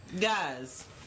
guys